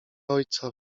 ojca